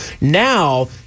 now